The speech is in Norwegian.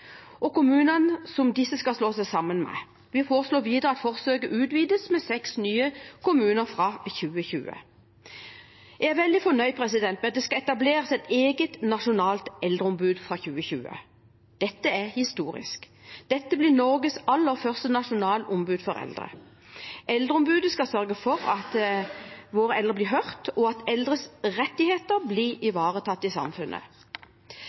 og for kommunene som disse skal slå seg sammen med. Vi foreslår videre at forsøket utvides med seks nye kommuner fra 2020. Jeg er veldig fornøyd med at det skal etableres et eget nasjonalt eldreombud fra 2020. Dette er historisk. Dette blir Norges aller første nasjonale ombud for eldre. Eldreombudet skal sørge for at våre eldre blir hørt, og at eldres rettigheter blir ivaretatt i samfunnet.